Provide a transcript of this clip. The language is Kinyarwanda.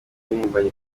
impirimbanyi